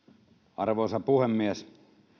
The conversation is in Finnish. arvoisa puhemies